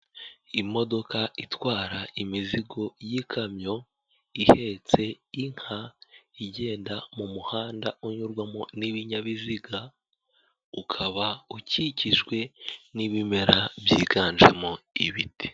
Imodoka itwara imizigo y'ikamyo, ihetse inka, igenda mu muhanda unyurwamo n'ibinyabiziga, ukaba ukikijwe n'ibimera byiganjemo ibiti.